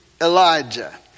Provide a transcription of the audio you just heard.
Elijah